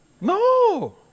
No